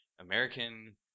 American